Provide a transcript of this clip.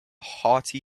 hearty